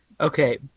Okay